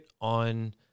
on